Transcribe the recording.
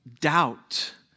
doubt